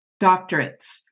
doctorates